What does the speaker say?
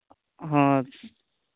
ᱦᱚᱸ